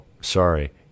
sorry